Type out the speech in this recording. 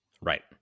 right